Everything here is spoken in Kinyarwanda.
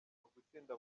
ugutsinda